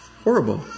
horrible